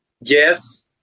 Yes